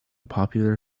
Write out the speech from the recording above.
popular